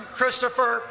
Christopher